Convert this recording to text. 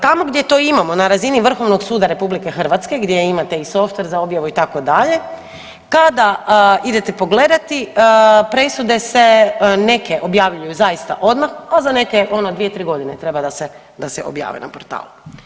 Tamo gdje to imamo na razini Vrhovnog suda RH, gdje imate i softver za objavu itd., kada idete pogledati presude se neke objavljuju zaista odmah, a za neke ono 2.-3.g. treba da se, da se objave na portalu.